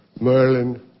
Merlin